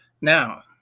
Now